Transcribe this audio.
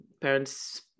parents